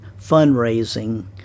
fundraising